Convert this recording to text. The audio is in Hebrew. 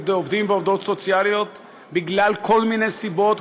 עובדים ועובדות סוציאליים בגלל כל מיני סיבות,